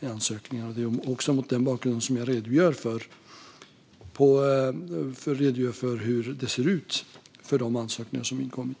ansökningarna. Det är också mot den bakgrunden jag redogör för hur det ser ut med de ansökningar som har inkommit.